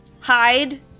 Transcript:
hide